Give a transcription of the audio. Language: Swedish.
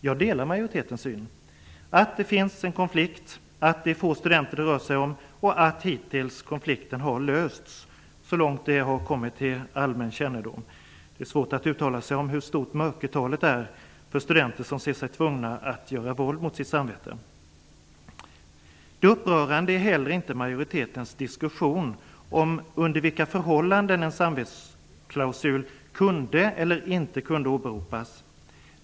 Jag delar majoritetens uppfattning, dvs. att det finns en konflikt, att det är få studenter det rör sig om och att konflikten hittills har lösts, så långt detta har kommit till allmän kännedom. Det är svårt att uttala sig om hur stort mörkertalet är för studenter som ser sig tvungna att göra våld mot sitt samvete. Det upprörande är heller inte majoritetens diskussion om under vilka förhållanden en samvetsklausul kunde eller inte kunde åberopas.